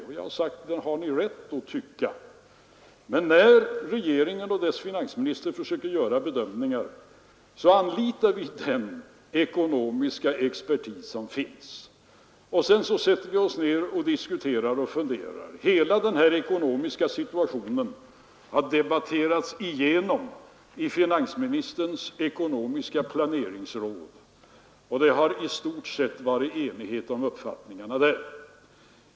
Och jag har sagt: Det har ni rätt att tycka. Men när regeringen och dess finansminister försöker göra bedömningar anlitar vi den ekonomiska expertis som finns, och sedan sätter vi oss ned och diskuterar och funderar. Hela den här ekonomiska situationen har debatterats i finansministerns ekonomiska planeringsråd, och uppfattningarna där har i stort sett varit enhälliga.